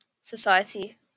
society